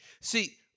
See